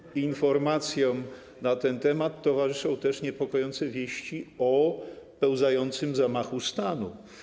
Jednak informacjom na ten temat towarzyszą też niepokojące wieści o pełzającym zamachu stanu.